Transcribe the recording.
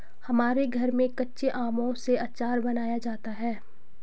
हमारे घर में कच्चे आमों से आचार बनाया जाता है